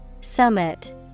Summit